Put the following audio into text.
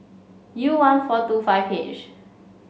U one four two five H